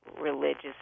religious